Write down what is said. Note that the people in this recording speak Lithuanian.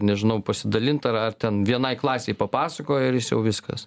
nežinau pasidalint ar ar ten vienai klasei papasakojo ir jis jau viskas